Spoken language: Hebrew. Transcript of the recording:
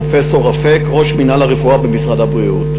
ראש מינהל הרפואה במשרד הבריאות.